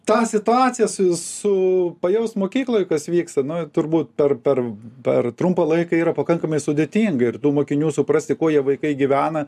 tą situaciją su pajaust mokykloj kas vyksta na turbūt per per per trumpą laiką yra pakankamai sudėtinga ir tų mokinių suprasti ko jie vaikai gyvena